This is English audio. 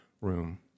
room